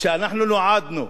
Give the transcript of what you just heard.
חבר הכנסת מולה,